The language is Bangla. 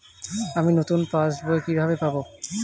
আমি নতুন পাস বই কিভাবে পাব?